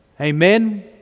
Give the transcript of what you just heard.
Amen